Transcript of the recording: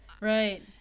Right